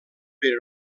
però